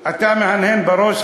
אתה מהנהן בראש,